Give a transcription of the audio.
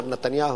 מר נתניהו,